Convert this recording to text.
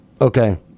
Okay